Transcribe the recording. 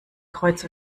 kreuz